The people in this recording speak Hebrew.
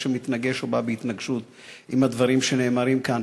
שמתנגש או בא בהתנגשות עם הדברים שנאמרו כאן.